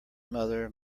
mother